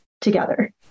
together